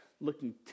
looking